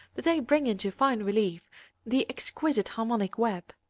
but they bring into fine relief the exquisite harmonic web.